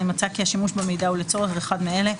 אם מצא כי השימוש במידע הוא לצורך אחד מאלה,